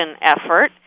effort